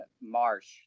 Marsh